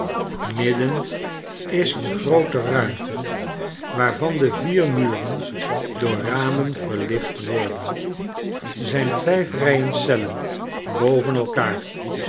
midden is een groote ruimte waarvan de vier muren door ramen verlicht worden zijn vijf rijen cellen boven elkaar